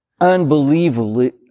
unbelievably